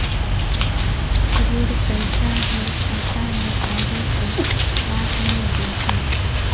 ऋण पइसा हर खाता मे आही की हाथ मे देही?